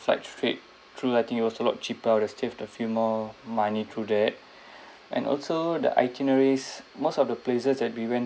flight straight through I think it was a lot cheaper I've still have a few more money through that and also the itineraries most of the places that we went